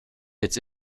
its